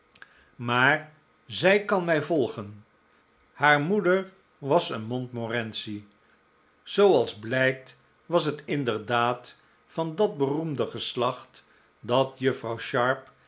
maar zij kan mij volgen haar moeder was een montmorency zooals blijkt was het inderdaad van dat beroemde geslacht dat juffrouw sharp